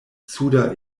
suda